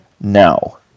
now